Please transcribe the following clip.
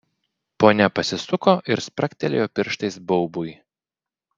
ponia pasisuko ir spragtelėjo pirštais baubui